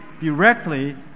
directly